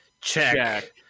Check